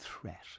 threat